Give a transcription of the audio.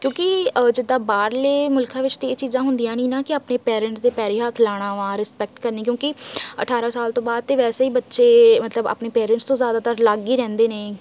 ਕਿਉਂਕਿ ਜਿੱਦਾਂ ਬਾਹਰਲੇ ਮੁਲਖਾਂ ਵਿੱਚ ਤਾਂ ਇਹ ਚੀਜ਼ਾਂ ਹੁੰਦੀਆਂ ਨਹੀਂ ਨਾ ਕਿ ਆਪਣੇ ਪੇਰੈਂਟਸ ਦੇ ਪੈਂਰੀ ਹੱਥ ਲਗਾਉਣਾ ਵਾ ਰਿਸਪੈਕਟ ਕਰਨੀ ਕਿਉਂਕਿ ਅਠਾਰ੍ਹਾਂ ਸਾਲ ਤੋਂ ਬਾਅਦ ਤਾਂ ਵੈਸੇ ਹੀ ਬੱਚੇ ਮਤਲਬ ਆਪਣੇ ਪੇਰੈਂਟਸ ਤੋਂ ਜ਼ਿਆਦਾਤਰ ਅਲੱਗ ਹੀ ਰਹਿੰਦੇ ਨੇ